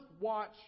watch